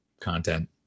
content